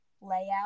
layout